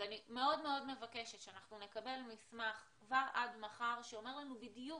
אני מאוד מבקשת שאנחנו נקבל מסמך כבר עד מחר שאומר לנו בדיוק